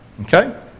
Okay